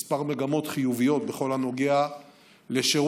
כמה מגמות חיוביות בכל הנוגע לשירות